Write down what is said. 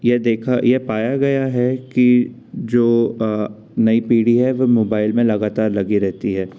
ये देखा ये पाया गया है कि जो नई पीढ़ी है वो मोबैल में लगातार लगी रहती है